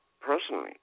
personally